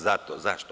Zašto?